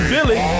Billy